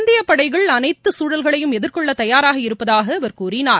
இந்தியப்படைகள் அனைத்து சூழல்களையும் எதிர்கொள்ள தயாராக இருப்பதாகவும் அவர் கூறினார்